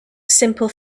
simple